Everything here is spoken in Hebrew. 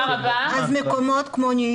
אילו זה היה כל כך פשוט אז מקומות כמו ניו